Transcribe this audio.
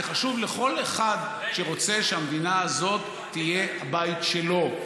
זה חשוב לכל אחד שרוצה שהמדינה הזאת תהיה הבית שלו.